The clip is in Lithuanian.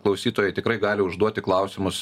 klausytojai tikrai gali užduoti klausimus